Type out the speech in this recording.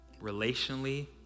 relationally